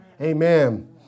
Amen